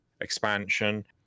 expansion